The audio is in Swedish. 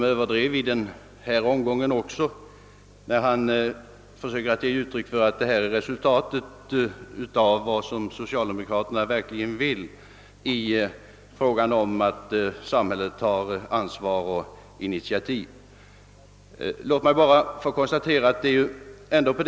Herr talman! När herr Sjöholm försöker ge uttryck för att detta är resultatet av vad socialdemokraterna verkligen vill i fråga om samhällets ansvarsoch initiativtagande, tycker jag nog att herr Sjöholm överdriver även i denna omgång.